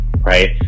right